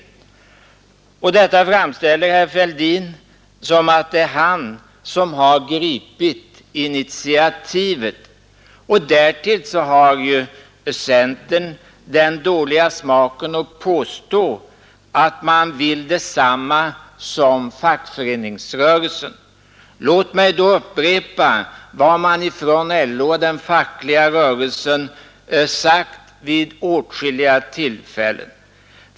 Detta framställer herr Fälldin som att det är han som har gripit initiativet. Därtill har centern den dåliga smaken att påstå att man vill detsamma som fackföreningsrörelsen. Låt mig då upprepa vad man ifrån LO och den fackliga rörelsen sagt vid åtskilliga tillfällen.